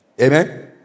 Amen